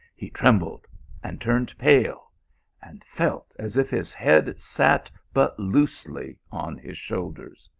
he trembled and turned pale and felt as if his head sat but loosely on his shoulders.